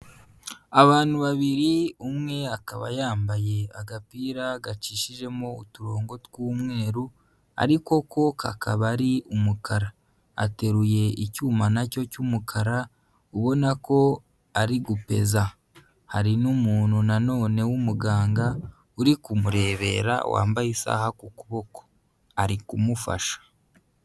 Abantu babiri, umwe akaba yambaye agapira gacishijemo uturongo tw'umweru ariko ko kakaba ari umukara. Ateruye icyuma nacyo cy'umukara ubona ko ari gupeza. Hari n'umuntu nanone w'umuganga uri kumurebera, wambaye isaha ku kuboko ari kumufasha.